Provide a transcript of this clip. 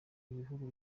bihugu